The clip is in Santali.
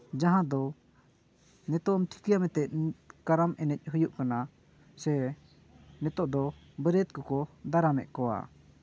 ᱡᱟᱦᱟᱸ ᱫᱚ ᱱᱤᱛᱳᱜ ᱮᱢ ᱴᱷᱤᱠᱟᱹᱭᱟ ᱮᱱᱛᱮᱫ ᱠᱟᱨᱟᱢ ᱮᱱᱮᱡ ᱦᱩᱭᱩᱜ ᱠᱟᱱᱟ ᱥᱮ ᱱᱤᱛᱳᱜ ᱫᱚ ᱵᱟᱹᱨᱭᱟᱹᱛ ᱠᱚᱠᱚ ᱫᱟᱨᱟᱢᱮᱫ ᱠᱚᱣᱟ